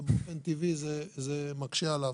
ובאופן טבעי זה מקשה עליו.